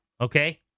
okay